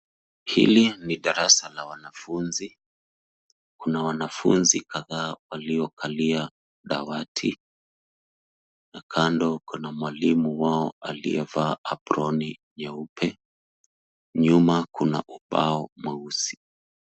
Hili ni darasa la wanafunzi. Kuna wanafunzi kadhaa waliokalia dawati, na kando kuna mwalimu wao aliyevaa aproni nyeupe. Nyuma kuna ubao mweusi.